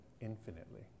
infinitely